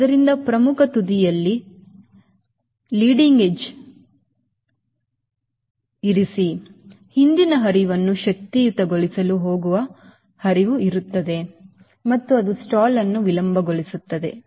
ಆದ್ದರಿಂದ ಪ್ರಮುಖ ತುದಿಯಲ್ಲಿ ಅದು ಇದೆ leading edge ನಿಂದ ಹಿಂದಿನ ಹರಿವನ್ನು ಶಕ್ತಿಯುತಗೊಳಿಸಲು ಹೋಗುವ ಹರಿವು ಇರುತ್ತದೆ ಮತ್ತು ಅದು ಸ್ಟಾಲ್ ಅನ್ನು ವಿಳಂಬಗೊಳಿಸುತ್ತದೆ